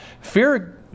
Fear